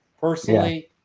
personally